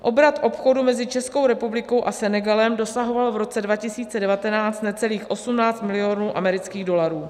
Obrat obchodu mezi Českou republikou a Senegalem dosahoval v roce 2019 necelých 18 milionů amerických dolarů.